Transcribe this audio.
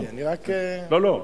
אוקיי, אני רק, לא, לא.